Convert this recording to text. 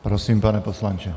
Prosím, pane poslanče.